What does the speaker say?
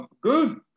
good